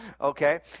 Okay